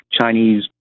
Chinese